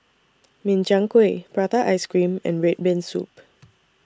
Min Chiang Kueh Prata Ice Cream and Red Bean Soup